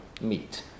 meet